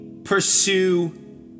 pursue